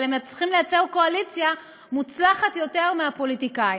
אבל הם מצליחים לייצר קואליציה מוצלחת יותר מהפוליטיקאים.